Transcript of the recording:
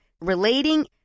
relating